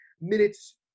minutes